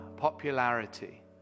Popularity